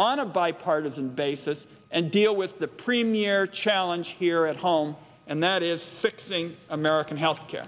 on a bipartisan basis and deal with the premier challenge here at home and that is fixing american health care